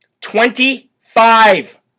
Twenty-five